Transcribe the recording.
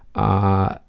ah,